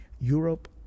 Europe